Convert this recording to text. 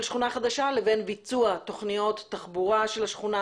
של שכונה חדשה לבין ביצוע תכניות תחבורה של השכונה,